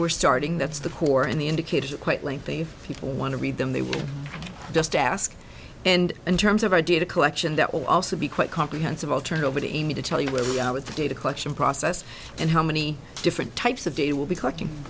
we're starting that's the core and the indicators are quite lengthy people want to read them they will just ask and in terms of our data collection that will also be quite comprehensive all turned over to me to tell you where we are with the data collection process and how many different types of data will be cooking